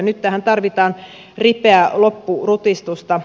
nyt tähän tarvitaan ripeää loppurutistusta